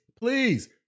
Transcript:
please